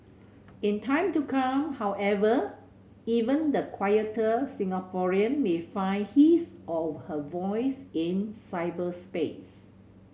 in time to come however even the quieter Singaporean may find his or her voice in cyberspace